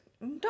No